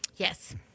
Yes